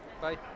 Bye